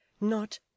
Not